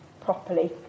properly